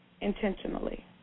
intentionally